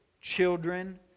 children